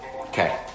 Okay